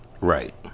Right